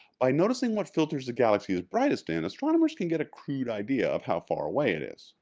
by noticing what filters the galaxy is brightest in, astronomers can get a crude idea of how far away it is.